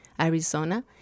Arizona